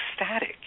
ecstatic